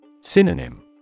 Synonym